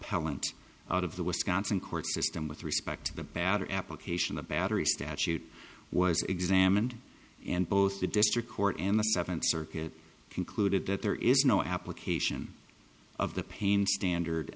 appellant out of the wisconsin court system with respect to the batter application the battery statute was examined and both the district court and the seventh circuit concluded that there is no application of the pain standard